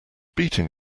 beating